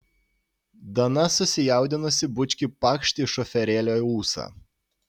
dana susijaudinusi bučkį pakšt į šoferėlio ūsą